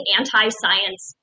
anti-science